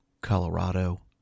Colorado